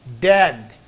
dead